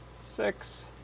six